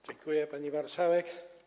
Dziękuję, pani marszałek.